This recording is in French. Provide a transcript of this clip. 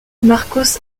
marcos